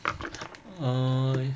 err